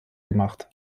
gemacht